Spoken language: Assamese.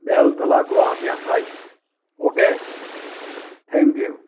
বেলতলা গুৱাহাটী আঠাইছ অ'কে থেংক ইউ